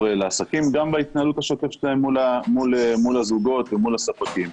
לעסקים גם בהתנהלות השוטפת שלהם מול הזוגות ומול הספקים.